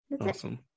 Awesome